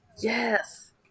Yes